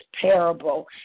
parable